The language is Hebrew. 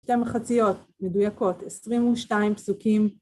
שתי מחציות מדויקות, 22 פסוקים.